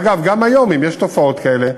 ואגב, גם היום, אם יש תופעות כאלה,